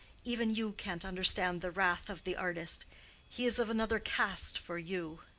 even you can't understand the wrath of the artist he is of another caste for you.